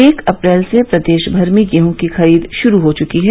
एक अप्रैल से प्रदेश भर में गेहूँ की खरीद शुरू हो चुकी है